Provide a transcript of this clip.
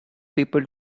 people